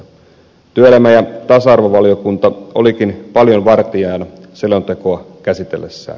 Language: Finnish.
työelämä ja tasa arvovaliokunta olikin paljon vartijana selontekoa käsitellessään